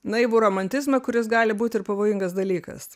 naivų romantizmą kuris gali būt ir pavojingas dalykas